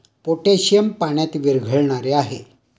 potassium पाण्यात विरघळणारे आहे